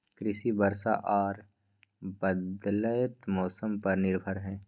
कृषि वर्षा आर बदलयत मौसम पर निर्भर हय